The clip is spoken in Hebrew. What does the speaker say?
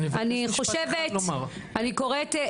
אני חושבת,